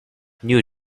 new